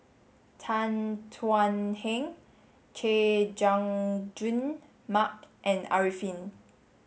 Tan Thuan Heng Chay Jung Jun Mark and Arifin